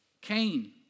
Cain